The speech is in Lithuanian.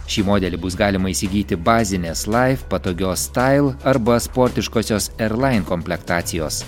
šį modelį bus galima įsigyti bazinės laif patogios stail arba sportiškosios erlain komplektacijos